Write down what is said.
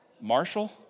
Marshall